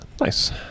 Nice